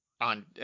on